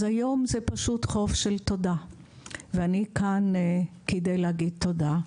אז היום זה פשוט יום של תודה ואני כאן כדי להגיד תודה.